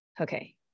okay